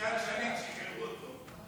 בעסקת שליט שחררו אותו.